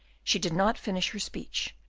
she did not finish her speech,